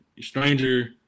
stranger